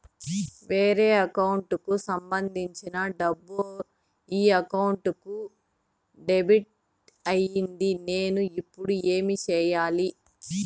వేరే అకౌంట్ కు సంబంధించిన డబ్బు ఈ అకౌంట్ కు డెబిట్ అయింది నేను ఇప్పుడు ఏమి సేయాలి